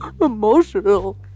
emotional